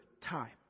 time